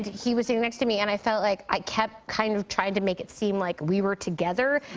he was sitting next to me. and i felt like i kept kind of trying to make it seem like we were together